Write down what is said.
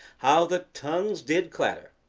how the tongues did clatter!